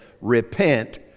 repent